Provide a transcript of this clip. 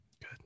Good